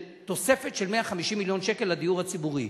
לתוספת של 150 מיליון שקל לדיור הציבורי.